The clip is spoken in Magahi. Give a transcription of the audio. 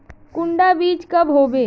कुंडा बीज कब होबे?